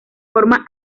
forma